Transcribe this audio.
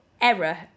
error